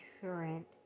current